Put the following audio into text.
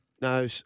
No